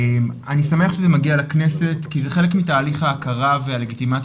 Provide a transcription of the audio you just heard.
אני שמח שזה מגיע לכנסת כי זה חלק מתהליך ההכרה והלגיטימציה